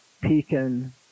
Pekin –